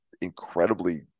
incredibly